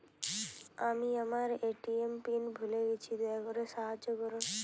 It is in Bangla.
আমি আমার এ.টি.এম পিন ভুলে গেছি, দয়া করে সাহায্য করুন